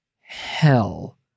hell